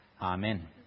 Amen